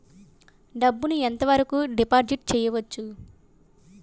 డబ్బు ను ఎంత వరకు డిపాజిట్ చేయవచ్చు?